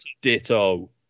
Ditto